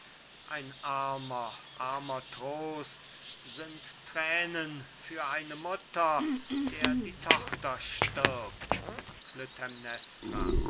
ein armer armer trost sind thränen für eine mutter der die tochter stirbt